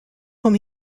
whom